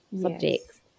subjects